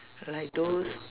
like those